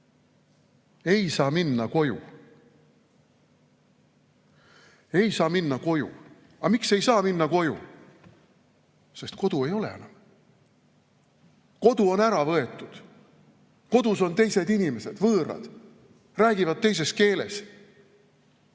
Ei saa minna koju. Ei saa minna koju – aga miks ei saa minna koju? Sest kodu ei ole enam. Kodu on ära võetud, kodus on teised inimesed, võõrad, räägivad teises keeles. Ä’b